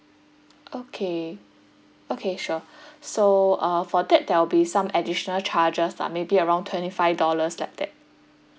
okay okay sure so uh for that there will be some additional charges lah maybe around twenty five dollars like that